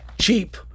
cheap